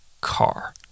car